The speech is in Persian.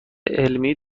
علمی